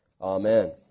Amen